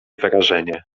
wrażenie